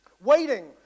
waiting